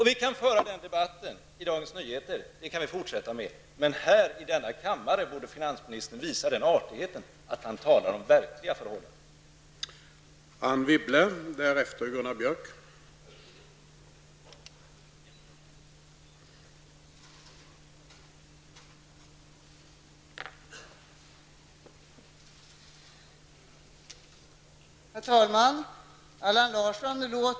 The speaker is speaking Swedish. Vi kan föra den debatten i Dagens Nyheter, det kan vi fortsätta med, men här i denna kammare borde finansministern visa den artigheten att han talar om verkliga förhållanden.